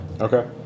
Okay